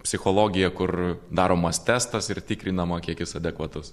psichologija kur daromas testas ir tikrinama kiek jis adekvatus